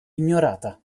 ignorata